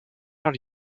are